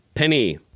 Penny